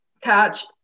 catch